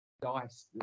dice